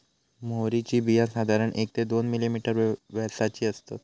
म्होवरीची बिया साधारण एक ते दोन मिलिमीटर व्यासाची असतत